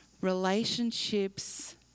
Relationships